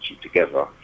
together